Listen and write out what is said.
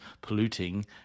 polluting